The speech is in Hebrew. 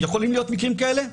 יכולים להיות מקרים כאלה?